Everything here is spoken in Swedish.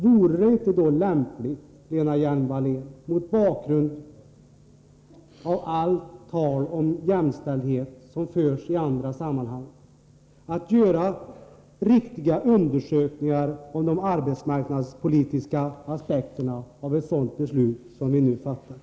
Vore det då inte lämpligt, Lena Hjelm-Wallén, mot bakgrund av allt tal om jämställdhet som förs i andra sammanhang att göra riktiga undersökningar av de arbetsmarknadspolitiska aspekterna på ett sådant beslut som vi nu skall fatta?